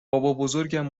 بابابزرگم